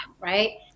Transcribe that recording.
right